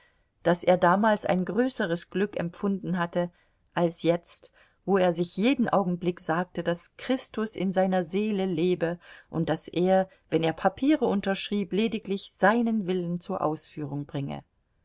daß er damals ein größeres glück empfunden hatte als jetzt wo er sich jeden augenblick sagte daß christus in seiner seele lebe und daß er wenn er papiere unterschrieb lediglich seinen willen zur ausführung bringe